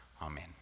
Amen